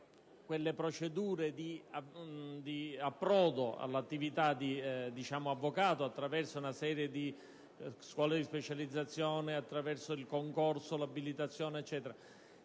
quelle procedure di approdo all'attività di avvocato attraverso una serie di scuole di specializzazione, concorso, abilitazione e così